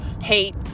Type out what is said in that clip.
hate